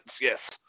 yes